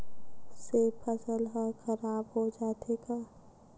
से फसल ह खराब हो जाथे का?